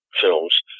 films